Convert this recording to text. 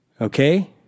Okay